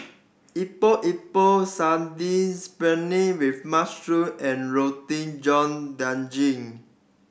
Epok Epok Sardin spinach with mushroom and Roti John Daging